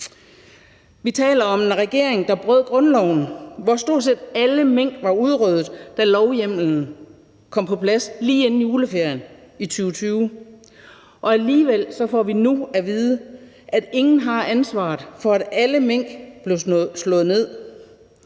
Vi taler om en regering, der brød grundloven, hvor stort set alle mink var udryddet, da lovhjemmelen kom på plads lige inden juleferien i 2020. Alligevel får vi nu at vide, at ingen har ansvaret for, at alle mink blev slået ned.